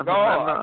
God